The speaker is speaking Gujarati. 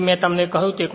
જે મે તમને કહ્યું છે